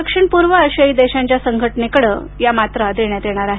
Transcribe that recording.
दक्षिण पूर्व आशियायी देशांच्या संघटनेकडं हे डोस देण्यात येणार आहेत